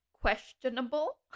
Questionable